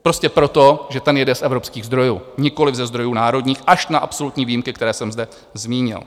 Prostě proto, že ten jede z evropských zdrojů, nikoliv ze zdrojů národních, až na absolutní výjimky, které jsem zde zmínil.